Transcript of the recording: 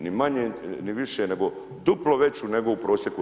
Ni manje, ni više, nego duplo veću nego u prosjeku EU.